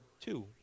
two